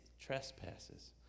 trespasses